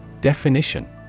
Definition